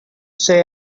say